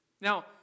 Now